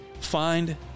Find